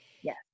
yes